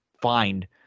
find